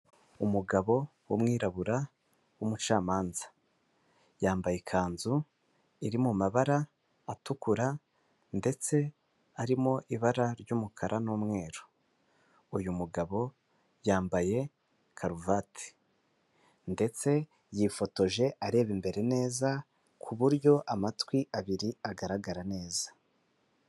Umugabo w'umwirabura w'umucamanza yambaye ikanzu iri mu mabara atukura ndetse arimo ibara ry'umukara n'umweru uyu mugabo yambaye karuvati ndetse yifotoje areba imbere neza kuburyo amatwi abiri agaragara neza.